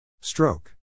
Stroke